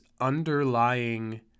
underlying